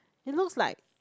it looks like